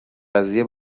قضیه